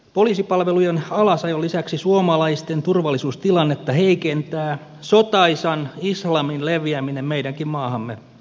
poliisipalvelujen alasajon lisäksi suomalaisten turvallisuustilannetta heikentää sotaisan islamin leviäminen meidänkin maahamme